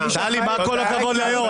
כי סעיפי החוק הם רבים.